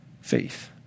faith